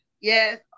yes